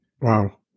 Wow